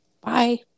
Bye